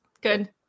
Good